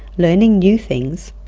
learning new things,